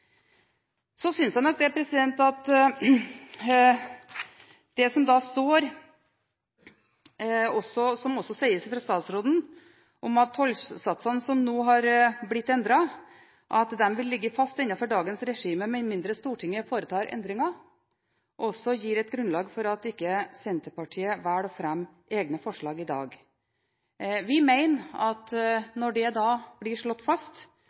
Jeg synes nok at det som står, og som også sies av statsråden, om at tollsatsene som nå har blitt endret, vil ligge fast innenfor dagens regime med mindre Stortinget foretar endringer, også gir et grunnlag for at ikke Senterpartiet velger å fremme egne forslag i dag. Vi mener at når dette blir slått fast,